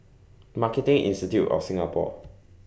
Marketing Institute of Singapore